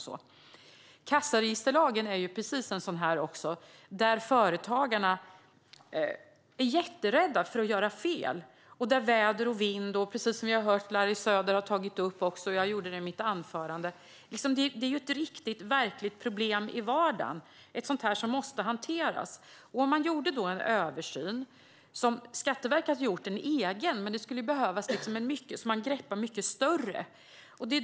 Även när det gäller kassaregisterlagen är företagarna jätterädda för att göra fel. Det handlar om väder och vind, precis som vi har hört Larry Söder ta upp. Jag tog också upp det i mitt anförande. Det är ett riktigt och verkligt problem i vardagen som måste hanteras. Skatteverket har gjort en egen översyn, men det skulle behövas en mycket större, där man greppar mycket mer.